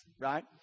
right